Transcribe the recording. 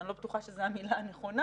אני לא בטוחה שזו המילה הנכונה